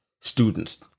students